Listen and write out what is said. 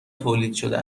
تولیدشده